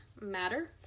matter